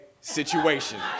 situation